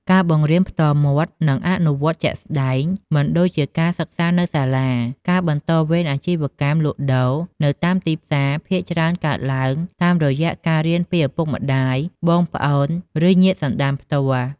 ការបង្រៀនផ្ទាល់មាត់ និងអនុវត្តជាក់ស្តែង មិនដូចជាការសិក្សានៅសាលា ការបន្តវេនអាជីវកម្មលក់ដូរនៅតាមទីផ្សារភាគច្រើនកើតឡើងតាមរយៈការរៀនពីឪពុកម្តាយ បងប្អូន ឬញាតិសន្ដានផ្ទាល់។